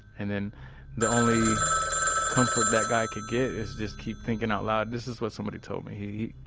and then the only comfort that guy could get is just keep thinking out loud. this is what somebody told me.